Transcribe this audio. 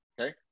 Okay